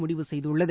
முடிவு செய்துள்ளது